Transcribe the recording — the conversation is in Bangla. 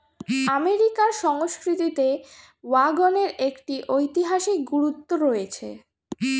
আমেরিকার সংস্কৃতিতে ওয়াগনের একটি ঐতিহাসিক গুরুত্ব রয়েছে